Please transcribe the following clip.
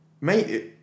mate